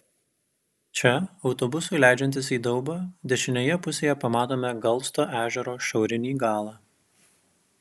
čia autobusui leidžiantis į daubą dešinėje pusėje pamatome galsto ežero šiaurinį galą